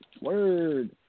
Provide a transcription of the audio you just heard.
Word